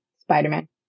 Spider-Man